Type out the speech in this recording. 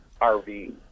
RV